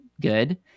good